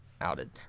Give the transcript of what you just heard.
outed